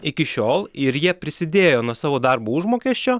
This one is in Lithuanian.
iki šiol ir jie prisidėjo nuo savo darbo užmokesčio